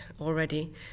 already